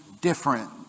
different